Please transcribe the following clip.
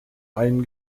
einen